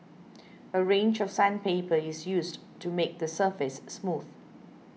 a range of sandpaper is used to make the surface smooth